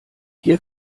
hier